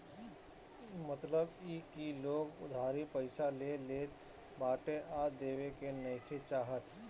मतलब इ की लोग उधारी पईसा ले लेत बाटे आ देवे के नइखे चाहत